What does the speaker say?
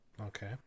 Okay